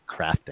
crafting